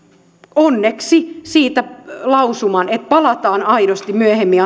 onneksi siitä lausuman että palataan aidosti myöhemmin